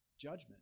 judgment